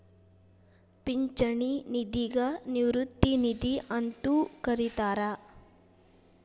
ಪಿಂಚಣಿ ನಿಧಿಗ ನಿವೃತ್ತಿ ನಿಧಿ ಅಂತೂ ಕರಿತಾರ